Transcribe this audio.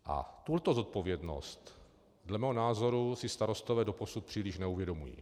A tuhle zodpovědnost dle mého názoru si starostové doposud příliš neuvědomují.